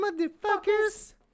motherfuckers